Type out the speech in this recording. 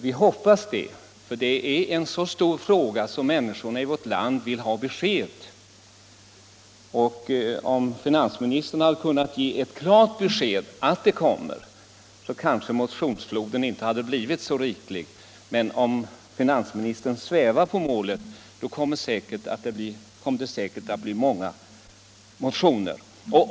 Vi hoppas dock att så kommer att ske, ty detta är en mycket stor fråga som människorna i vårt land vill ha besked om. Hade finansministern kunnat ge ett klart besked om att en proposition skall framläggas, så kanske motionsfloden i dessa frågor inte hade blivit så strid. Men om finansministern svävar på målet, så kommer det säkert att väckas många motioner.